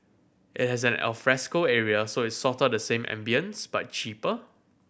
it has an alfresco area so it's sorta the same ambience but cheaper